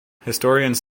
historians